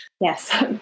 Yes